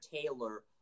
Taylor